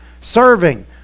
Serving